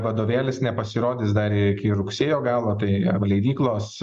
vadovėlis nepasirodys dar iki rugsėjo galo tai jav leidyklos